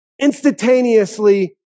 instantaneously